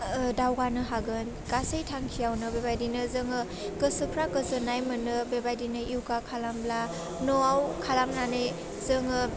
ओह दावगानो हागोन गासै थांखियावनो बेबायदिनो जोङो गोसोफ्रा गोजोन्नाय मोनो बेबायदिनो इउगा खालामब्ला न'आव खालामनानै जोङो